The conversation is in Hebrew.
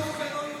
לא משלמים.